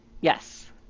yes